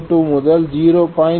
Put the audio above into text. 02 முதல் 0